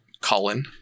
Colin